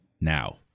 Now